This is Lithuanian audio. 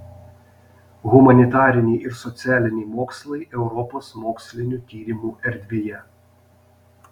humanitariniai ir socialiniai mokslai europos mokslinių tyrimų erdvėje